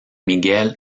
miguel